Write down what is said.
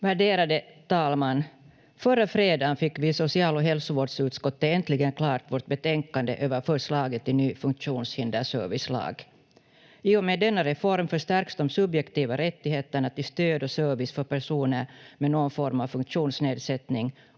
Värderade talman! Förra fredagen fick vi i social- och hälsovårdsutskottet äntligen klart vårt betänkande över förslaget till ny funktionshinderservicelag. I och med denna reform förstärks de subjektiva rättigheterna till stöd och service för personer med någon form av funktionsnedsättning